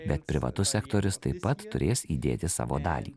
bet privatus sektorius taip pat turės įdėti savo dalį